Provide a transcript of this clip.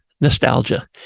nostalgia